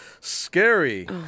scary